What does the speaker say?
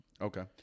Okay